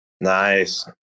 Nice